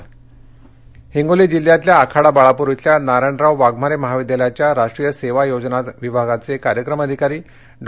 हिंगोली हिंगोली जिल्ह्यातल्या आखाडा बाळापूर इथल्या नारायणराव वाघमारे महाविद्यालयाच्या राष्ट्रीय सेवा योजना विभागाचे कार्यक्रम अधिकारी डॉ